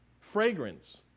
fragrance